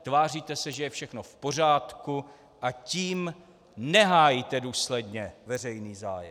Tváříte se, že je všechno v pořádku, a tím nehájíte důsledně veřejný zájem.